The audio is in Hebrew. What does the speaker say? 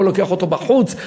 לא לוקח אותו בחוץ,